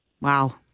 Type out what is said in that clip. Wow